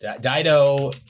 Dido